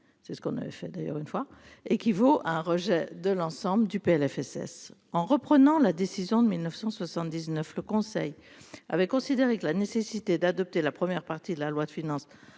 c'est ce qu'on avait fait d'ailleurs une fois et vaut un rejet de l'ensemble du PLFSS en reprenant la décision de 1979 le Conseil avait considéré que la nécessité d'adopter la première partie de la loi de finances